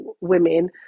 women